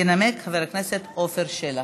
ינמק חבר הכנסת עפר שלח.